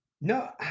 No